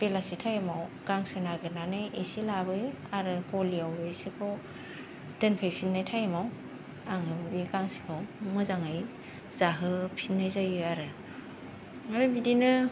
बेलासि थाइमाव गांसो नागेरनानै एसे लाबोयो आरो गलियाव बिसोरखौ दोनफैफिननाय थाइमाव आङो बे गांसोखौ मोजाङै जाहोफिननाय जायो आरो ओमफ्राय बिदिनो